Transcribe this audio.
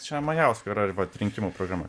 čia majausko yra vat rinkimų programa